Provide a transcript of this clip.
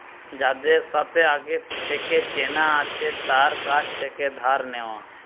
যাদের সাথে আগে থেকে চেনা আছে তার কাছ থেকে ধার নেওয়া